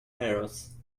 parrots